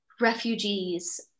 refugees